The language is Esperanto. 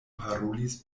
parolis